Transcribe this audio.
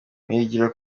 nigira